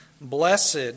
Blessed